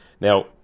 Now